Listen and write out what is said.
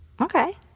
Okay